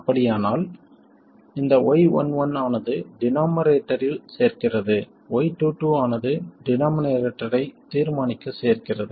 அப்படியானால் இந்த y11 ஆனது டினோமரேட்டரில் சேர்க்கிறது y22 ஆனது டினோமரேட்டரை தீர்மானிக்க சேர்க்கிறது